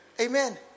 Amen